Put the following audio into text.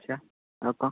ଆଚ୍ଛା ଆଉ କ'ଣ